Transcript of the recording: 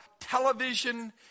television